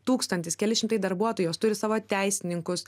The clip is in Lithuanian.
tūkstantis keli šimtai darbuotojų turi savo teisininkus